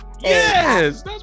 Yes